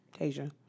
Asia